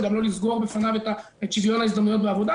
וגם לא לסגור בפניו את שוויון ההזדמנויות בעבודה.